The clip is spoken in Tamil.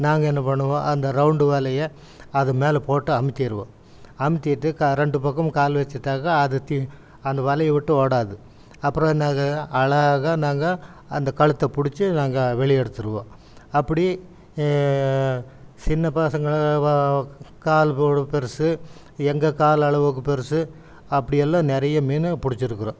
நாங்கள் என்ன பண்ணுவோம் அந்த ரவுண்டு வலையை அதுமேல் போட்டு அழுத்திருவோம் அழுத்திட்டு க ரெண்டு பக்கமும் கால் வச்சுட்டாக்கா அந்த து அந்த வலையை விட்டு ஓடாது அப்புறம் என்ன ஆகும் அழகா நாங்கள் அந்த கழுத்த பிடுச்சி நாங்கள் வெளியே எடுத்துடுவோம் அப்படி சின்ன பசங்க கால் போல் பெரிசு எங்கள் கால் அளவுக்கு பெரிசு அப்படியெல்லாம் நெறைய மீனு பிடுச்சிருக்குறோம்